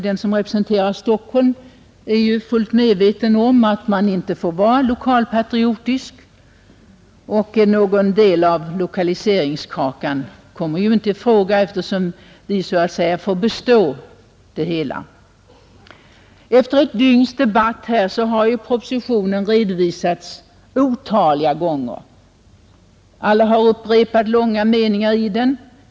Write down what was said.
Den som representerar Stockholm är fullt medveten om att man inte får vara lokalpatriotisk och att någon del av lokaliseringskakan inte kommer i fråga för oss, eftersom vi så att säga får bestå det hela. Efter ett dygns debatt här har propositionen redovisats otaliga gånger. Alla har upprepat långa meningar ur den.